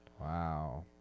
Wow